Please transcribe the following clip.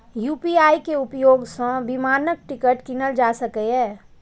UPI के उपयोग सं विमानक टिकट कीनल जा सकैए